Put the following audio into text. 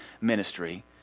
ministry